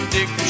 Dick